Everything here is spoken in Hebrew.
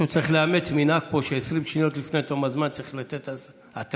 צריך לאמץ פה מנהג ש-20 שניות לפני תום הזמן צריך לתת התראה,